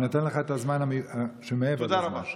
אני נותן לך את הזמן שמעבר לזמן שלך.